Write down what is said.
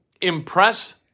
impress